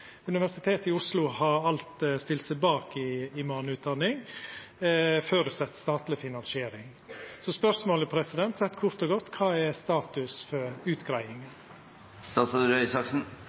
Universitetet i Oslo har alt stilt seg bak ei imamutdanning under føresetnad av statleg finansiering. Så spørsmålet er kort og godt: Kva er status for